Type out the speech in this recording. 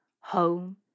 home